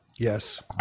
Yes